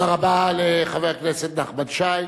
תודה רבה לחבר הכנסת נחמן שי.